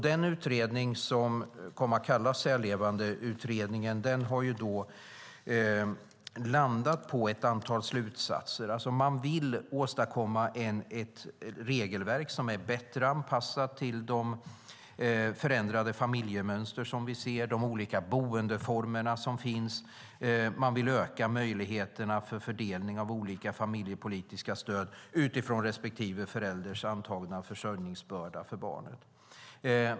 Den utredning som kom att kallas Särlevandeutredningen har landat på ett antal slutsatser. Man vill åstadkomma ett regelverk som är bättre anpassat till de förändrade familjemönster som vi ser och de olika boendeformer som finns. Man vill öka möjligheterna till fördelning av olika familjepolitiska stöd utifrån respektive förälders antagna försörjningsbörda för barnen.